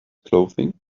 clothing